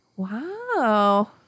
Wow